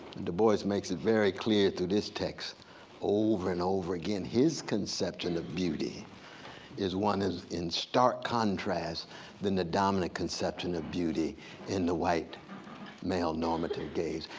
and du bois makes it very clear through this text over and over again, his conception of beauty is one that's in stark contrast than the dominant conception of beauty in the white male normative gaze,